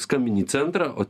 skambini centrą o